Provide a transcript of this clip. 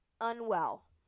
Unwell